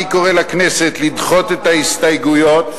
אני קורא לכנסת לדחות את ההסתייגויות,